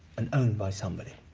and owned by somebody.